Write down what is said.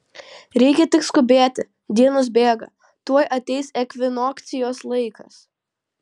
reikia tik skubėti dienos bėga tuoj ateis ekvinokcijos laikas